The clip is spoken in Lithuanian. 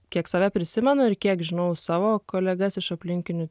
kiek save prisimenu ir kiek žinau savo kolegas iš aplinkinių